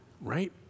right